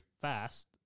fast